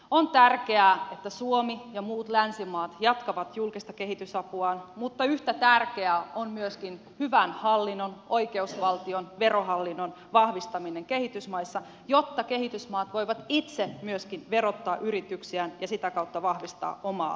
on tärkeää että suomi ja muut länsimaat jatkavat julkista kehitysapuaan mutta yhtä tärkeää on myöskin hyvän hallinnon oikeusvaltion verohallinnon vahvistaminen kehitysmaissa jotta kehitysmaat voivat itse myöskin verottaa yrityksiään ja sitä kautta vahvistaa omaa tulopohjaansa